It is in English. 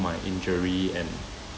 my injury and